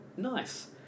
nice